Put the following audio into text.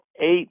eight